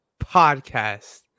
podcast